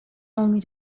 only